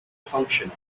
functioning